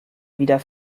wieder